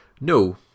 No